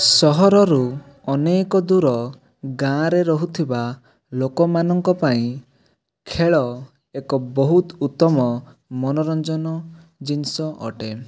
ସହରରୁ ଅନେକ ଦୂର ଗାଁରେ ରହୁଥିବା ଲୋକମାନଙ୍କ ପାଇଁ ଖେଳ ଏକ ବହୁତ ଉତ୍ତମ ମନୋରଞ୍ଜନ ଜିନିଷ ଅଟେ